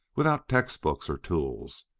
without text books or tools,